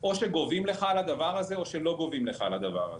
או שגובים לך על הדבר הזה או שלא גובים לך על הדבר הזה.